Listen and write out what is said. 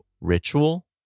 ritual